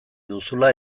duzula